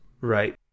Right